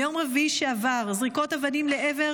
ביום רביעי שעבר היו זריקות אבנים לעבר